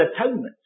atonement